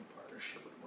partnership